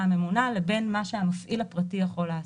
הממונה לבין מה שהמפעיל הפרטי יכול לעשות.